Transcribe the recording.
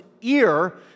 ear